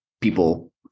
people